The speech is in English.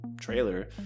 trailer